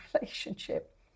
relationship